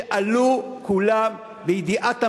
שעלו כולם בידיעת הממשלה,